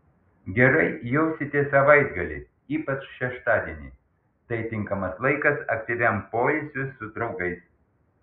gerai jausitės savaitgalį ypač šeštadienį tai tinkamas laikas aktyviam poilsiui su draugais